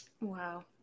Wow